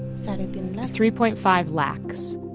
so like and three point five lax.